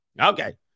Okay